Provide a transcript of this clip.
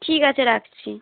ঠিক আছে রাখছি